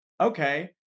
Okay